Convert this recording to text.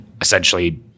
essentially